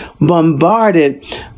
bombarded